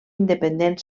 independent